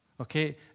Okay